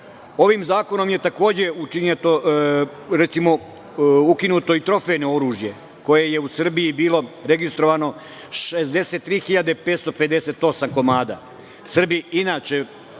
ovim zakonom je, recimo, ukinuto i trofejno oružje, koje je u Srbiji bilo registrovano 63.558 komada. Srbi, inače